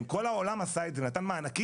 אם כל העולם עשה את זה, נתן מענקים,